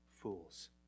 fools